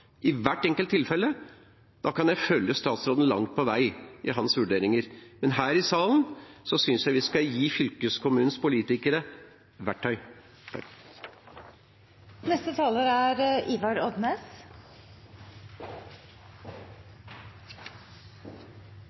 i hvert enkelt tilfelle. Da kunne jeg fulgt statsråden langt på vei i hans vurderinger. Men her i salen synes jeg vi skal gi fylkeskommunenes politikere verktøy. Eg vil kommentera det siste innlegget. Eg er